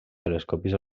telescopis